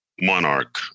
monarch